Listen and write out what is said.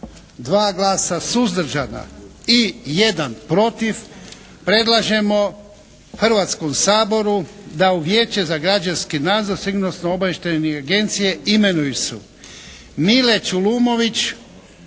2 glasa suzdržana i 1 protiv predlažemo Hrvatskom saboru da u Vijeće za građanski nadzor Sigurnosno-obavještajne agencije imenuju se: Mile Čulumović